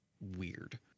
weird